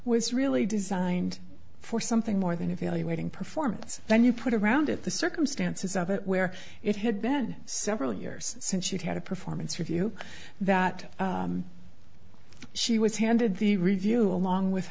was really designed for something more than evaluating performance when you put around it the circumstances of it where it had been several years since she'd had a performance review that she was handed the review along with